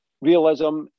realism